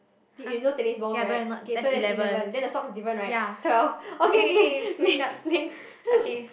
you no tennis balls right okay so that's eleven then the socks different right twelve oh okay okay next next